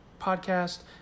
podcast